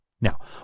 Now